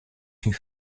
syn